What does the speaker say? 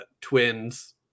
twins